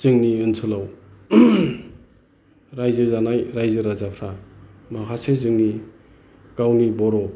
जोंनि ओनसोलाव रायजो जानाय रायजो राजाफोरा माखासे जोंनि गावनि बर'